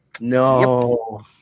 No